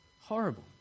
horrible